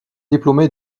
diplômé